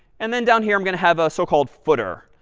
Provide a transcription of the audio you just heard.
and then down here, i'm going to have a so-called footer.